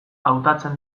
hautatzen